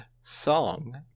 song